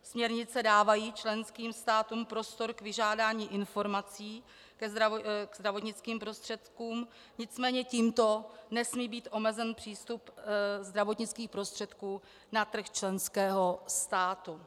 Směrnice dávají členským státům prostor k vyžádání informací k zdravotnickým prostředkům, nicméně tímto nesmí být omezen přístup zdravotnických prostředků na trh členského státu.